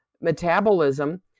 metabolism